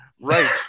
Right